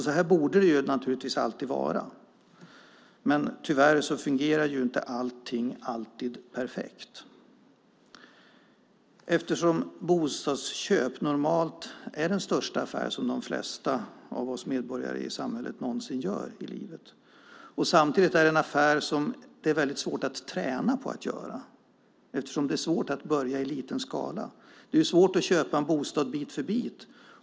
Så här borde det naturligtvis alltid vara, men tyvärr fungerar inte allting alltid perfekt. Bostadsköp är normalt den största affär som de flesta av oss medborgare i samhället någonsin gör i livet och samtidigt en affär som det är väldigt svårt att träna på att göra, eftersom det är svårt att börja i liten skala. Det är svårt att köpa en bostad bit för bit.